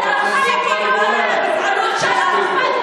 תפסיקי עם כל הגזענות שלך.